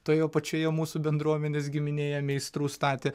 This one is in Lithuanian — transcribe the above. toje pačioje mūsų bendruomenės giminėje meistrų statė